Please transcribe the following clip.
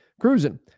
cruising